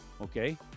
Okay